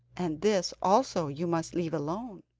and this also you must leave alone,